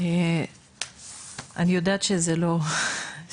אני יודעת שזה לא דיון.